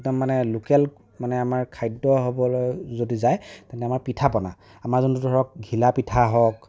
একদম মানে লোকেল মানে আমাৰ খাদ্য হ'বলৈ যদি যায় তেন্তে আমাৰ পিঠা পনা আমাৰ যোনটো ধৰক ঘিলা পিঠা হওক